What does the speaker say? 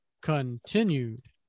continued